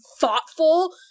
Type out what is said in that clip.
thoughtful